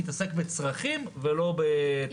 נתעסק בצרכים ולא בתקציבים.